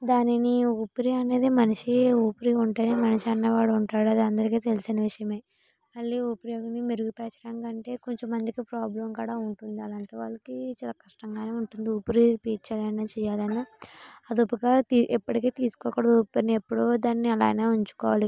దానిని ఊపిరి అనేది మనిషి ఊపిరి ఉంటే మనిషి అన్నవాడు ఉంటాడు అది అందరికి తెలిసిన విషయమే మళ్ళీ ఊపిరి అనేది మెరుగుపరచడం కంటే కొంతమందికి ప్రాబ్లమ్ కూడా ఉంటుంది అలాంటి వాళ్ళకి చాలా కష్టంగా ఉంటుంది ఊపిరి పీల్చాల అన్న చేయాలన్న అదుపుగా ఎప్పటికి తీసుకోకూడదు ఊపిరిని ఎప్పుడు దాన్ని అలానే ఉంచుకోవాలి